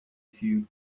fio